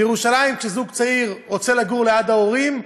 כשזוג צעיר מירושלים רוצה לגור ליד ההורים,